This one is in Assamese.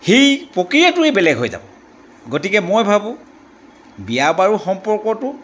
সেই প্ৰক্ৰিয়াটোৱেই বেলেগ হৈ যাব গতিকে মই ভাবোঁ বিয়া বাৰু সম্পৰ্কটো